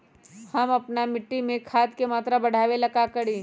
हम अपना मिट्टी में खाद के मात्रा बढ़ा वे ला का करी?